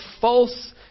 false